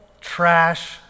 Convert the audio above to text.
trash